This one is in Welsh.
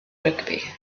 rygbi